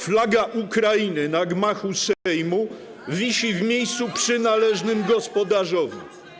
Flaga Ukrainy na gmachu Sejmu wisi w miejscu przynależnym gospodarzowi.